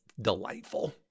delightful